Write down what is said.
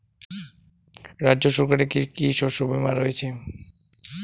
রাজ্য সরকারের কি কি শস্য বিমা রয়েছে?